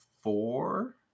four